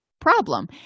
problem